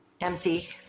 empty